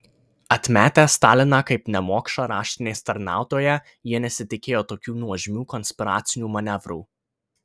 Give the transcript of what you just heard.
atmetę staliną kaip nemokšą raštinės tarnautoją jie nesitikėjo tokių nuožmių konspiracinių manevrų